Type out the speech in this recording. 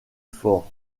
fort